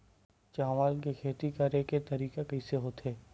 चावल के खेती करेके तरीका कइसे होथे?